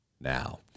now